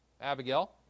Abigail